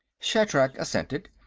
shatrak assented.